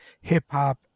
hip-hop